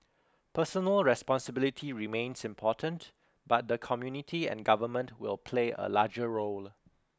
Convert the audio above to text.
personal responsibility remains important but the community and government will play a larger role